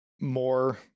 more